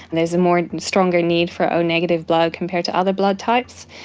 there's a more stronger need for o negative blood compared to other blood types.